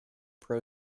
pro